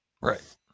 right